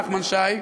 נחמן שי,